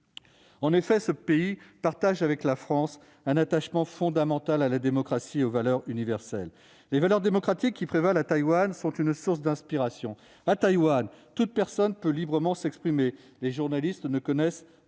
En effet, ce pays partage avec la France un attachement fondamental à la démocratie et aux valeurs universelles. Les principes démocratiques qui prévalent à Taïwan sont une source d'inspiration. À Taïwan, toute personne peut librement s'exprimer, et les journalistes ne connaissent pas